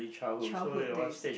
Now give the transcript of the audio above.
childhood days